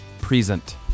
present